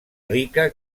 rica